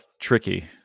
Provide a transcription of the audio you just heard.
tricky